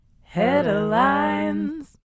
Headlines